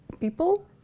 people